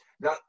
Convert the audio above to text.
Now